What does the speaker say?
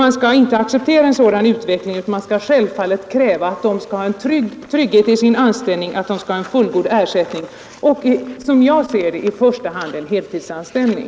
Man skall inte acceptera en sådan utveckling utan man skall självfallet kräva att de skall ha en trygghet i sin anställning och en fullgod ersättning. Som jag ser det skall det i första hand vara fråga om heltidsanställning.